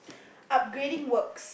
upgrading works